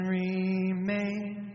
remain